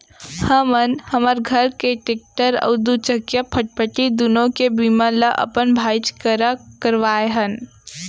हमन हमर घर के टेक्टर अउ दूचकिया फटफटी दुनों के बीमा ल अपन भाईच करा करवाए हन